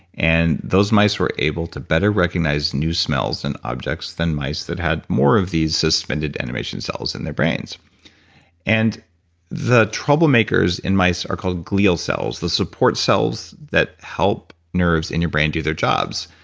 and those mice were able to better recognize new smells and objects than mice that had more of these suspended animation cells in their brains and the troublemakers in mice are called glial cells. the support cells that help nerves in your brain do their jobs.